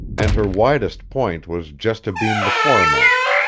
and her widest point was just abeam the foremast,